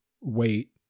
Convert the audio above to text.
wait